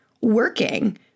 working